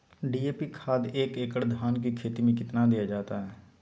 DAP खाद एक एकड़ धान की खेती में कितना दीया जाता है?